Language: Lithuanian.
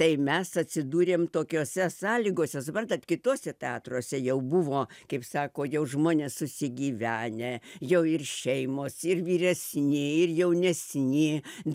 tai mes atsidūrėm tokiose sąlygose suprantat kituose teatruose jau buvo kaip sako jau žmonės susigyvenę jau ir šeimos ir vyresni ir jaunesni